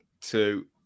two